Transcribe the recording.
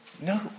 No